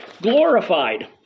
glorified